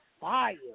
fire